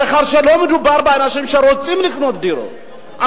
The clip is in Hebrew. מאחר שלא מדובר באנשים שרוצים לקנות דירות,